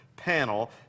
panel